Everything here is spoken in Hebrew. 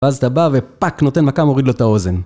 ואז אתה בא ופאק נותן מכה מוריד לו את האוזן